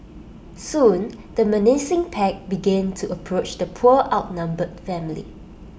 soon the menacing pack began to approach the poor outnumbered family